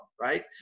right